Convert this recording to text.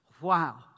wow